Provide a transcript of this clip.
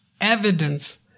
evidence